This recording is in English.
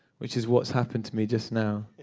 which is what's happened to me just now.